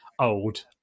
old